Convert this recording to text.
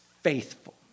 faithful